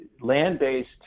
land-based